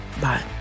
Bye